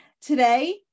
Today